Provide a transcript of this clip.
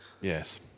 Yes